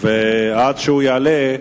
עד שהוא יעלה,